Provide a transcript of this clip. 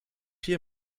hier